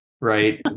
right